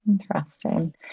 Interesting